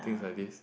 things like this